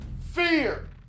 Fear